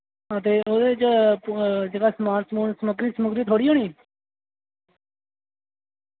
हां ते ओह्दे च जेह्का समान समून समग्री समुग्री थुआढ़ी होनी